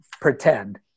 pretend